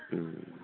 ओम